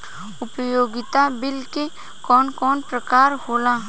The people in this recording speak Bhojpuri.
उपयोगिता बिल के कवन कवन प्रकार होला?